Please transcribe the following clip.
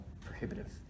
prohibitive